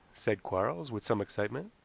said quarles, with some excitement.